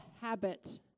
habit